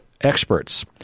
experts